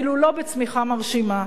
אפילו לא בצמיחה מרשימה.